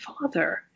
father